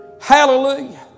Hallelujah